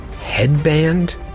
headband